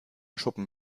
schuppen